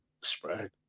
spread